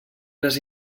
les